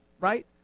Right